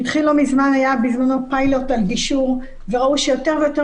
היה בזמנו פיילוט על גישור וראו שיותר ויותר